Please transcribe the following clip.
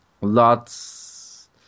lots